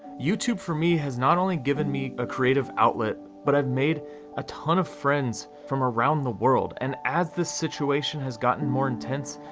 youtube for me has not only given me a creative outlet, but i've made a ton of friends from around the world, and as the situation has gotten more intense,